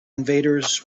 invaders